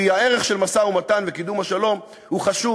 כי הערך של משא-ומתן וקידום השלום הוא חשוב.